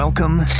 Welcome